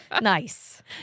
Nice